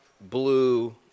blue